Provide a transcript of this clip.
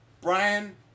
Brian